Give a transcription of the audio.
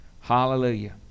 Hallelujah